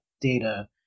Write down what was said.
data